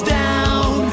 down